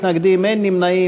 (הארכת תוקף צו הגנה),